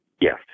Yes